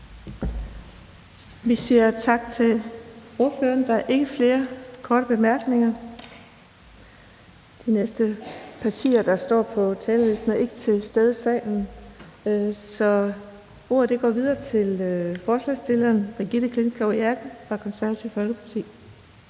Vi siger tak til ordføreren. Der er ikke flere korte bemærkninger. De næste, der står på talerlisten, er ikke til stede i salen, så ordet går videre til ordføreren for forslagsstillerne, fru Brigitte Klintskov Jerkel fra Det Konservative Folkeparti.